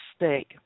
mistake